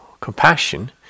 compassion